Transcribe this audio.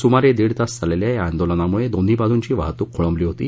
सुमारे दीड तास चाललेल्या या आंदोलनामुळे दोन्ही बाजूंची वाहतूक खोळंबली होती